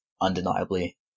undeniably